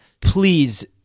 Please